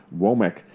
Womack